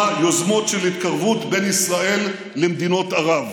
יוזמות של התקרבות בין ישראל למדינות ערב.